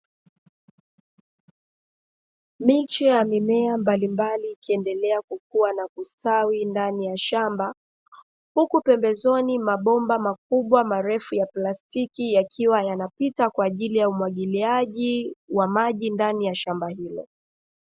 Miche ya mimea mbalimbali ikiendelea kukua na kustawi ndani ya shamba, huku pembezoni mabomba makubwa marefu ya plastiki yakiwa yanapita kwa ajili ya umwagiliaji, wa maji ndani ya shamba hilo.